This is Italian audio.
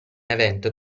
evento